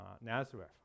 Nazareth